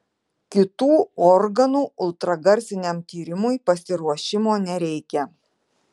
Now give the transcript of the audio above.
kitų organų ultragarsiniam tyrimui pasiruošimo nereikia